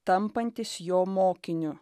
tampantis jo mokiniu